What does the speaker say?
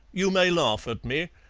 you may laugh at me,